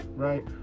right